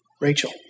Rachel